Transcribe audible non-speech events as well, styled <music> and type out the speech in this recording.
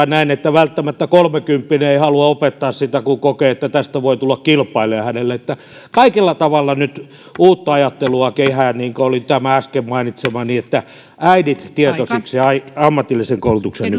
<unintelligible> näen että välttämättä kolmekymppinen ei halua opettaa kun kokee että siitä voi tulla kilpailija hänelle että kaikella tavalla nyt uutta ajattelua kehään niin kuin tämä äsken mainitsemani äidit tietoisiksi ammatillisen koulutuksen <unintelligible>